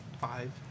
five